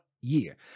year